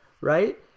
right